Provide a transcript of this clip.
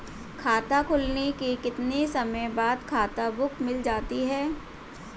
खाता खुलने के कितने समय बाद खाता बुक मिल जाती है?